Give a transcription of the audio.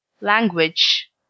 LANGUAGE